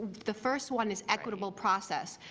the first one is equitable process.